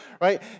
right